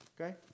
Okay